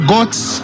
God's